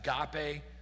agape